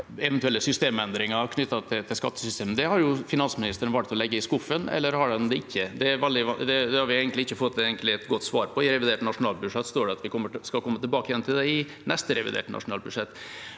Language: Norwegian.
eventuelle systemendringer knyttet til skattesystemet. Det har finansministeren valgt å legge i skuffen – eller har han det ikke? Det har vi egentlig ikke fått et godt svar på. I revidert nasjonalbudsjett står det at de skal komme tilbake til det i neste reviderte nasjonalbudsjett.